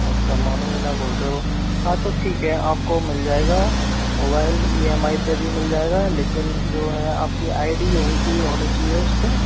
अच्छा मानू मीना बोल रहे हो हाँ तो ठीक है आपको मिल जाएगा मोबाइल इ एम आई पे भी मिल जाएगा लेकिन जो है आपकी आई डी यहीं की होनी चाहिए उस पे